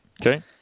Okay